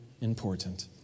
important